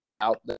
out